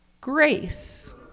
grace